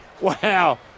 Wow